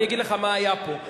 אני אגיד לך מה היה פה.